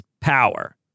power